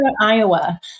Iowa